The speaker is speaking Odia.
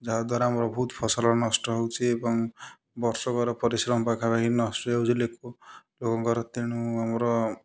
ଯାହା ଦ୍ଵାରା ଆମର ବହୁତ ଫସଲ ନଷ୍ଟ ହେଉଛି ଏବଂ ବର୍ଷ କର ପରିଶ୍ରମ ପାଖାପାଖି ନଷ୍ଟ ହୋଇଯାଉଛି ଲୋକଙ୍କର ତେଣୁ ଆମର